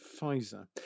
Pfizer